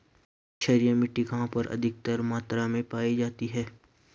क्षारीय मिट्टी कहां पर अत्यधिक मात्रा में पाई जाती है?